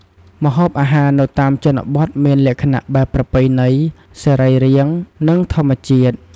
ម្ហូបអាហារនៅតាមជនបទមានលក្ខណៈបែបប្រពៃណី សរីរាង្គ និងធម្មជាតិ។